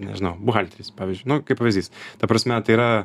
nežinau buhalteris pavyzdžiui nu kaip pavyzdys ta prasme tai yra